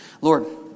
Lord